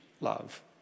love